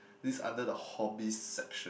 this under the hobbies section